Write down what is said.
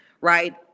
right